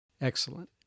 Excellent